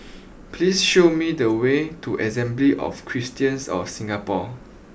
please show me the way to Assembly of Christians of Singapore